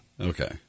Okay